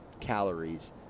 calories